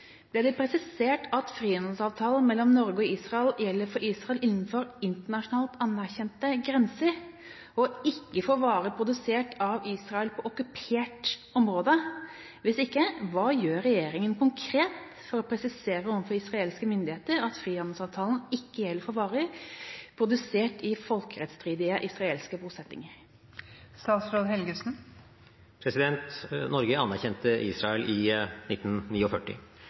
Ble det presisert at frihandelsavtalen mellom Norge og Israel gjelder for Israel innenfor internasjonalt anerkjente grenser, og ikke for varer produsert av Israel på okkupert område? Hvis ikke, hva gjør regjeringa konkret for å presisere overfor israelske myndigheter at frihandelsavtalen ikke gjelder for varer produsert i folkerettsstridige israelske bosettinger?» Norge anerkjente Israel i 1949. Vi anerkjenner staten Israel